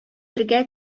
бергә